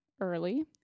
early